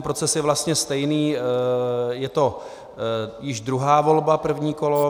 Proces je vlastně stejný, je to již druhá volba, první kolo.